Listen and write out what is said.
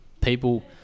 people